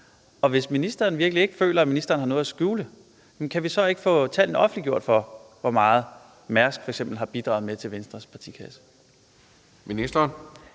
Og hvis ministeren virkelig ikke føler, at ministeren har noget at skjule, kan vi så ikke få tallene offentliggjort for, hvor meget Mærsk f.eks. har bidraget med til Venstres partikasse? Kl.